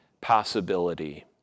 possibility